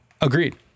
Agreed